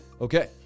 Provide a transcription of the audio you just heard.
Okay